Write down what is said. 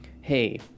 hey